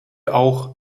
auch